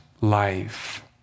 life